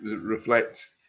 reflects